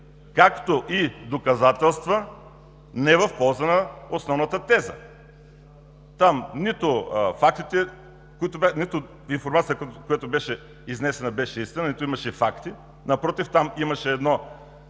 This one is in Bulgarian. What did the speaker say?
както и доказателства, но не в полза на основната теза. Там нито информацията, която беше изнесена, беше истина, нито имаше факти. Напротив, имаше едно